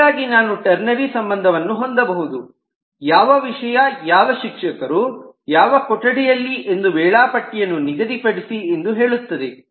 ಹಾಗಾಗಿ ನಾನು ಟರ್ನೆರಿ ಸಂಬಂಧವನ್ನು ಹೊಂದಬಹುದು ಯಾವ ವಿಷಯ ಯಾವ ಶಿಕ್ಷಕರು ಯಾವ ಕೊಠಡಿಯಲ್ಲಿ ಎಂದು ವೇಳಾಪಟ್ಟಿಯನ್ನು ನಿಗದಿಪಡಿಸಿ ಎಂದು ಹೇಳುತ್ತದೆ